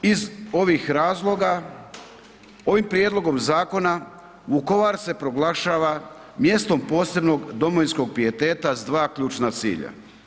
Iz ovih razloga, ovim prijedlogom zakona Vukovar se proglašava mjestom posebnog domovinskog pijeteta s dva ključna cilja.